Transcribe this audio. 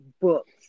books